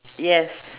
yes